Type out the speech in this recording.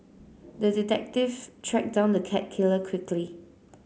the detective tracked down the cat killer quickly